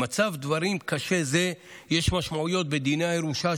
למצב דברים קשה זה יש משמעויות בדיני הירושה,